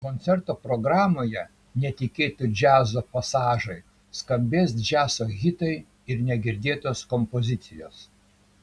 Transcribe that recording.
koncerto programoje netikėti džiazo pasažai skambės džiazo hitai ir negirdėtos kompozicijos